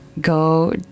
go